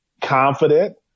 confident